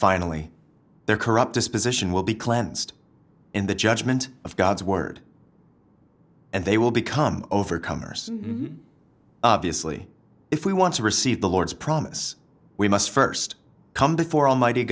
finally their corrupt disposition will be cleansed in the judgment of god's word and they will become overcomers obviously if we want to receive the lord's promise we must st come before almighty